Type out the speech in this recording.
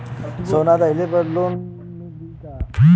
सोना दहिले पर लोन मिलल का?